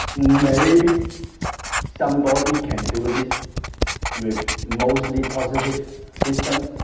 maybe somebody can do this with mostly positive systems,